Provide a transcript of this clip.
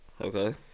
Okay